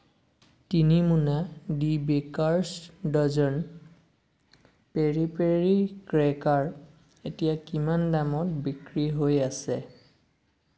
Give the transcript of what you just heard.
তিনি Mona the bakers dozen peri peri cracker এতিয়া কিমান দামত বিক্ৰী হৈ আছে